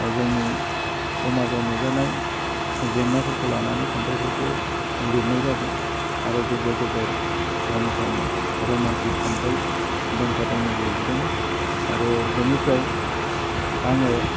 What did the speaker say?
जोंनि समाजाव नुजानाय जेंनाफोरखौ लानानै खन्थाइफोरखौ लिरनाय जादों आरो गेजेर गेजेर सम सम रमान्टिक खन्थाइ दोंफा दोंनै लिरबोदोङो आरो बेनिफ्राय आङो